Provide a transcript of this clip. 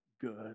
good